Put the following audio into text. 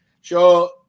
Sure